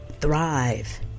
thrive